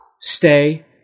Stay